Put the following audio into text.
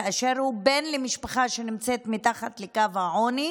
כאשר הוא בן למשפחה שנמצאת מתחת לקו העוני,